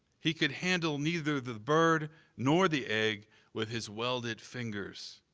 he could handle neither the bird nor the egg with his welded fingers.